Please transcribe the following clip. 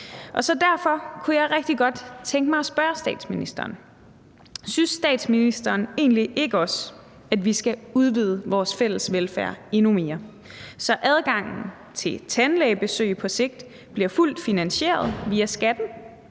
derfor kunne jeg rigtig godt tænke mig at spørge statsministeren: Synes statsministeren egentlig ikke også, at vi skal udvide vores fælles velfærd endnu mere, så adgangen til tandlægebesøg på sigt bliver fuldt finansieret via skatten?